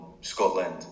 Scotland